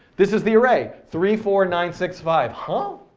this is the array, three, four, nine, six, five. and